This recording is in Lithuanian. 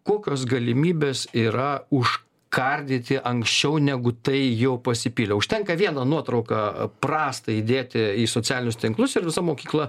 kokios galimybės yra užkardyti anksčiau negu tai jau pasipylė užtenka vieną nuotrauką prastą įdėti į socialinius tinklus ir visa mokykla